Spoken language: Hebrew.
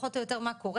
פחות או יותר מה קורה,